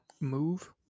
move